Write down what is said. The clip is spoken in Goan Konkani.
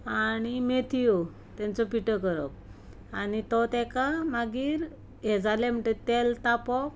आनी मेथ्यो तेंचो पिठो करप आनी तो तेका मागीर हें जालें म्हणटकीर तेल तापोवप